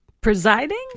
Presiding